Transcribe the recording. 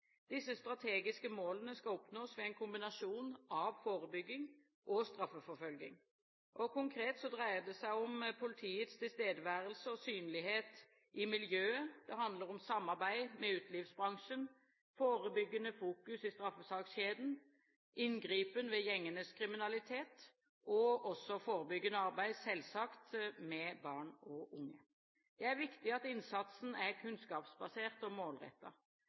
Disse strategiske målene skal oppnås ved en kombinasjon av forebygging og straffeforfølging. Konkret dreier dette seg om politiets tilstedeværelse og synlighet i miljøet samarbeid med utelivsbransjen forebyggende fokus i straffesakskjeden inngripen ved gjengenes kriminalitet forebyggende arbeid med barn og unge Det er viktig at innsatsen er kunnskapsbasert og